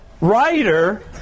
writer